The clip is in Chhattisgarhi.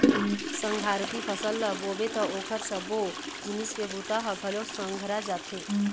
संघराती फसल ल बोबे त ओखर सबो जिनिस के बूता ह घलोक संघरा जाथे